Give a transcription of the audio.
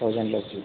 థౌజండ్లో